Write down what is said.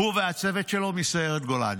הוא והצוות שלו מסיירת גולני.